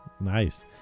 Nice